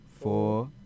Four